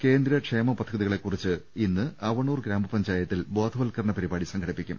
കേന്ദ്ര ക്ഷേമ പദ്ധതികളെകുറിച്ച് ഇന്ന് അവണൂർ ഗ്രാമപഞ്ചായത്തിൽ ബോധ വൽക്കരണ പരിപാടി സംഘടിപ്പിക്കും